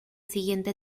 siguiente